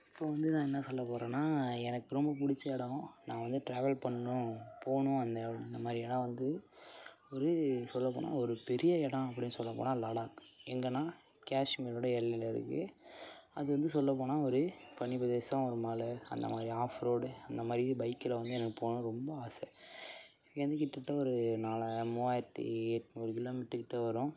இப்போது வந்து நான் என்ன சொல்லப்போகிறேன்னா எனக்கு ரொம்ப பிடிச்ச இடம் நான் வந்து ட்ராவல் பண்ணணும் போகணும் அந்த அந்தமாதிரி இடம் வந்து ஒரு சொல்லப்போனால் ஒரு பெரிய இடம் அப்படின்னு சொல்லப்போனால் லடாக் எங்கேனா கேஷ்மீரோடய எல்லையில் இருக்குது அது வந்து சொல்லப்போனால் ஒரு பனிப்பிரதேசம் ஒரு மலை அந்தமாதிரி ஆஃப்ரோடு அந்தமாதிரி இது பைக்கில் வந்து எனக்கு போகணுன்னு ரொம்ப ஆசை இங்கேருந்து கிட்டத்தட்ட ஒரு நாலாயிரம் மூவாயிரத்தி எண்நூறு கிலோமீட்டருக்கிட்ட வரும்